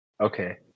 okay